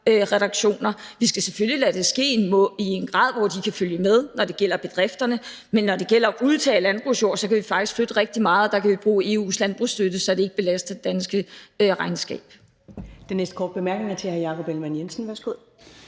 reduktioner. Vi skal selvfølgelig lade det ske i en grad, hvor de kan følge med, når det gælder bedrifterne, men når det gælder at udtage landbrugsjord, kan vi faktisk flytte rigtig meget, og der kan vi bruge EU's landbrugsstøtte, så det ikke belaster det danske regnskab. Kl. 14:37 Første næstformand (Karen Ellemann): Den næste